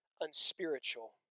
unspiritual